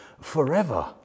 forever